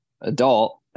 adult